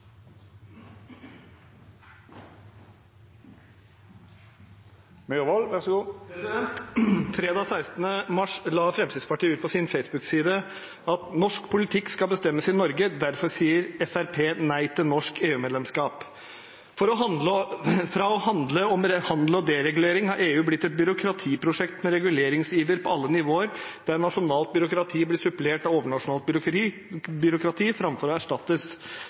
Fredag den 16. mars la Fremskrittspartiet ut på sin Facebook-side at norsk politikk skal bestemmes i Norge, derfor sier Fremskrittspartiet nei til norsk EU-medlemskap. «Fra å handle om handel og deregulering, har EU blitt et byråkratiprosjekt med reguleringsiver på alle nivåer, der nasjonalt byråkrati blir supplert av overnasjonalt byråkrati fremfor å erstattes.»